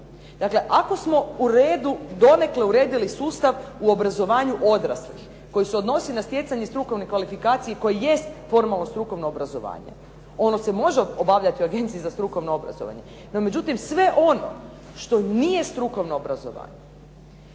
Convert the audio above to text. Dakle, ako smo donekle uredili sustav u obrazovanju odraslih koji se odnosi na stjecanje strukovne kvalifikacije i koje jest strukovno obrazovanje ono se može obavljati u Agenciji za strukovno obrazovanje, no međutim, sve ono što nije strukovno obrazovanje,